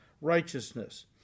righteousness